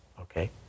okay